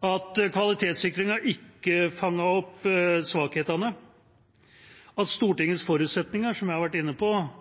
at kvalitetssikringen ikke fanget opp svakhetene, at Stortingets forutsetninger, som jeg har vært inne på,